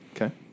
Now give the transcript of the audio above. Okay